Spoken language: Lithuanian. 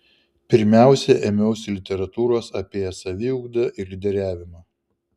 pirmiausia ėmiausi literatūros apie saviugdą ir lyderiavimą